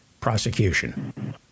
prosecution